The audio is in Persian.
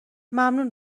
ممنون